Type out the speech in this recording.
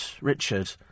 Richard